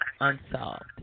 Unsolved